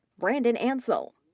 brandon ancil,